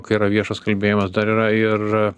kai yra viešas kalbėjimas dar yra ir